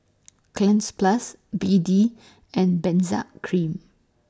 Cleanz Plus B D and Benzac Cream